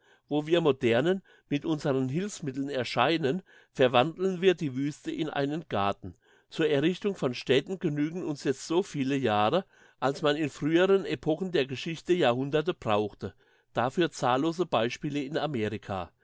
wo wir modernen mit unseren hilfsmitteln erscheinen verwandeln wir die wüste in einen garten zur errichtung von städten genügen uns jetzt soviele jahre als man in früheren epochen der geschichte jahrhunderte brauchte dafür zahllose beispiele in amerika